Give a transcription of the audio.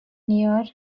near